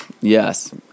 yes